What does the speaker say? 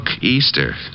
Easter